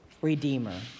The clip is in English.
redeemer